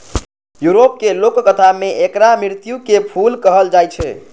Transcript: यूरोपक लोककथा मे एकरा मृत्युक फूल कहल जाए छै